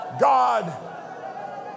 God